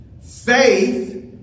faith